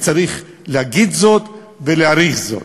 וצריך להגיד זאת ולהעריך זאת.